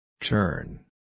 Turn